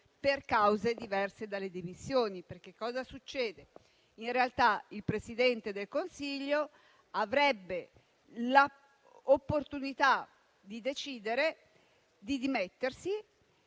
per cause diverse dalle dimissioni. Succede in realtà che il Presidente del Consiglio avrebbe l'opportunità di decidere di dimettersi,